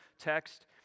text